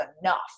enough